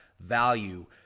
value